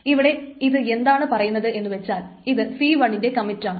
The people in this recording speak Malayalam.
ഇവിടെ ഇത് എന്താണ് പറയുന്നത് എന്നു വച്ചാൽ ഇത് c1 ന്റെ കമ്മിറ്റാണ്